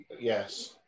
yes